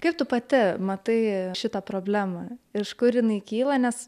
kaip tu pati matai šitą problemą iš kur jinai kyla nes